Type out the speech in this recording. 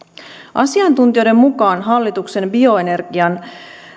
asiantuntijoiden mukaan hallituksen bioenergian